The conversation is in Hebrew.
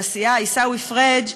לסיעה עיסאווי פריג',